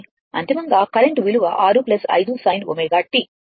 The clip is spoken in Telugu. అంతిమంగా కరెంట్ విలువ 6 5 sin ω t ఇదే మన I